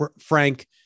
Frank